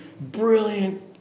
brilliant